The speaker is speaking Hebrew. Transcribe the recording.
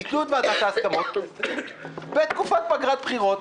ביטלו את ועדת ההסכמות בתקופת ועדת בחירות.